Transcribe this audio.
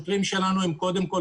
אנחנו קודם כול